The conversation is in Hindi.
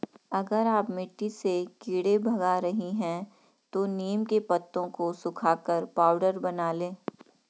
अगर आप मिट्टी से कीड़े भगा रही हैं तो नीम के पत्तों को सुखाकर पाउडर बना लें